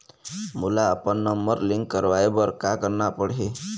मोला अपन number link करवाये बर का करना पड़ही?